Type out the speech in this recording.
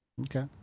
okay